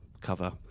cover